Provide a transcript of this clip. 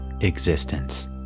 existence